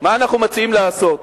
מה אנחנו מציעים לעשות?